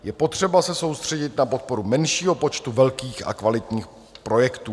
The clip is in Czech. Je potřeba se soustředit na podporu menšího počtu velkých a kvalitních projektů.